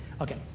okay